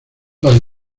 los